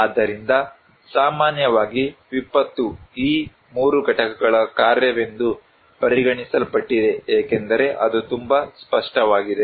ಆದ್ದರಿಂದ ಸಾಮಾನ್ಯವಾಗಿ ವಿಪತ್ತು ಈ 3 ಘಟಕಗಳ ಕಾರ್ಯವೆಂದು ಪರಿಗಣಿಸಲ್ಪಟ್ಟಿದೆ ಏಕೆಂದರೆ ಅದು ತುಂಬಾ ಸ್ಪಷ್ಟವಾಗಿದೆ